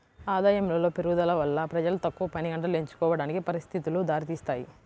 ఆదాయములో పెరుగుదల వల్ల ప్రజలు తక్కువ పనిగంటలు ఎంచుకోవడానికి పరిస్థితులు దారితీస్తాయి